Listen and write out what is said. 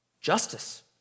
justice